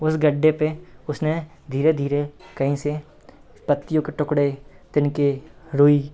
उस गड्ढे पर उसने धीरे धीरे कहीं से पत्तियों के टुकड़े तिनके रुई